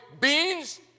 beans